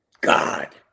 God